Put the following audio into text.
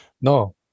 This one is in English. No